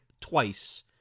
twice